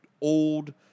old